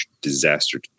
disaster